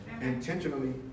intentionally